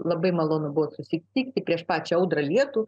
labai malonu būti susitikti prieš pačią audrą lietų